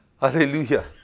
Hallelujah